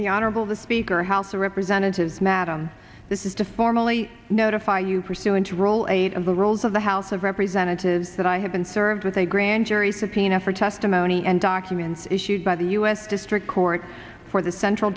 the honorable the speaker house of representatives madam this is to formally notify you pursuant to roll eight of the roles of the house of representatives that i have been served with a grand jury subpoena for testimony and documents issued by the u s district court for the central